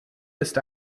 ist